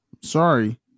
sorry